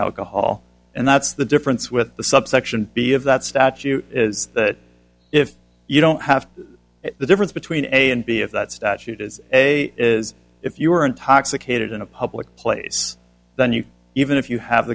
alcohol and that's the difference with the subsection b of that statute is that if you don't have the difference between a and b if that statute is a is if you are intoxicated in a public place then you even if you have